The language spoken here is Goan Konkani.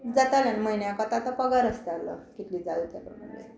जातालें आनी म्हयन्याक कोंता आतां पगार आसतालो कितलीं जाल त्या प्रमाणे